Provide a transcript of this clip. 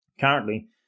Currently